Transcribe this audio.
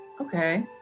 Okay